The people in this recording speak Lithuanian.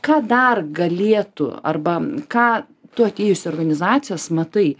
ką dar galėtų arba ką tu atėjusi į organizacijas matai